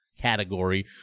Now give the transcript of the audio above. category